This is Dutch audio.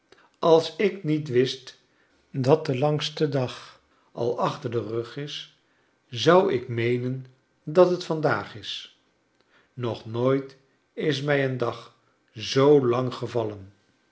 als ik niet wist dat de langste dag al achter den rug is zou ik meenen dat het vandaag is nog nooit is mij een dag zoo lang gevallen